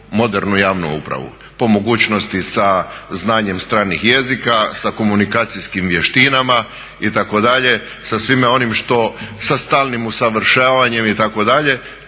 modernu javnu upravu po mogućnosti sa znanjem stranih jezika, sa komunikacijskim vještinama itd. sa svime onim što, sa stalnim usavršavanjem itd. to je